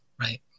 right